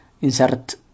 Insert